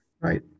Right